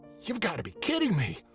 you've got to be kidding me.